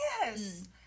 yes